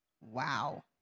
Wow